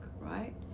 right